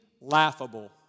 laughable